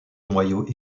noyaux